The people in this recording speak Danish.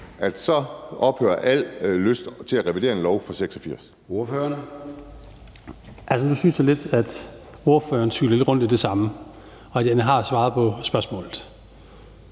Så ophører al lyst til at revidere en lov fra 1986.